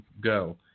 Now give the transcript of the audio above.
go